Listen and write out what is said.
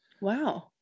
Wow